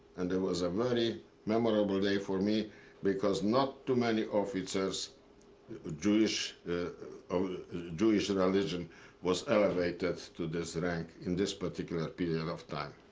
and it was a very memorable day for me because not too many officers of jewish of jewish religion was elevated to this rank in this particular period of time.